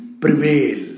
Prevail